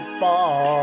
far